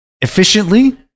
efficiently